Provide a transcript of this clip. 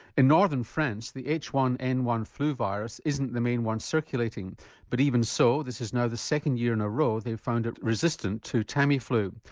in northern france the h one n one flu virus isn't the main one circulating but even so, this is now the second year in a row they've found it resistant to tamiflu.